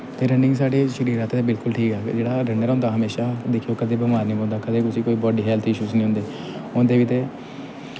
ते रनिंग साढ़े शरीर आस्तै बिलकुल ठीक ऐ जेह्ड़ा रन्नर होंदा हमेशा दिक्खेओ कदें बमार निं पौंदा कदें कोई बॉड्डी हैल्थ इशूस निं होंदे होंदे बी ते